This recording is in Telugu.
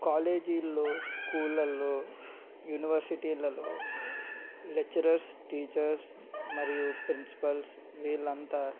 కాలేజీల్లో స్కూళ్ళల్లో యూనివర్సిటీలలో లెక్చరర్స్ టీచర్స్ మరియు ప్రిన్సిపల్స్ వీళ్ళంతా